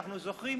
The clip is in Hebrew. אנחנו זוכרים,